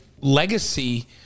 legacy